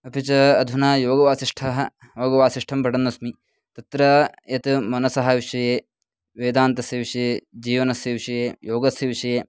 अपि च अधुना योगवासिष्ठं योगवासिष्ठं पठन्नस्मि तत्र यत् मनसः विषये वेदान्तस्य विषये जीवनस्य विषये योगस्य विषये